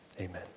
Amen